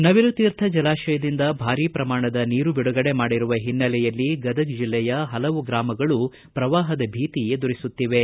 ನವಿಲು ತೀರ್ಥ ಜಲಾಶಯದಿಂದ ಭಾರಿ ಪ್ರಮಾಣದ ನೀರು ಬಿಡುಗಡೆ ಮಾಡಿರುವ ಹಿನ್ನೆಲೆಯಲ್ಲಿ ಗದಗ ಜಿಲ್ಲೆಯ ಹಲವು ಗ್ರಾಮಗಳು ಪ್ರವಾಹದ ಭೀತಿ ಎದುರಿಸುತ್ತಿವೆ